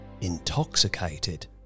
Intoxicated